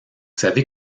saviez